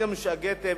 אתם שגיתם.